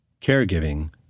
caregiving